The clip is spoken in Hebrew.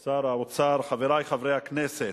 אדוני היושב-ראש, שר האוצר, חברי חברי הכנסת,